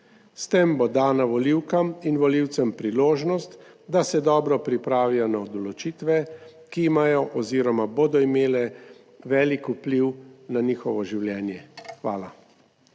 S tem bo dana volivkam in volivcem priložnost, da se dobro pripravijo na odločitve, ki imajo oziroma bodo imele velik vpliv na njihovo življenje. Hvala.